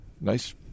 Nice